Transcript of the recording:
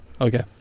Okay